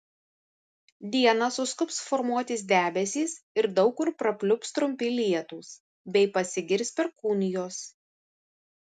dieną suskubs formuotis debesys ir daug kur prapliups trumpi lietūs bei pasigirs perkūnijos